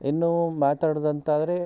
ಇನ್ನೂ ಮಾತಾಡೋದಂತಾದ್ರೆ